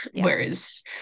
Whereas